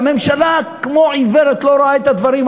והממשלה כמו עיוורת לא רואה את הדברים.